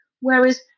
whereas